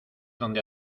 donde